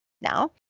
now